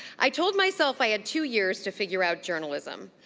i told myself i had two years to figure out journalism.